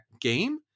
game